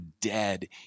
dead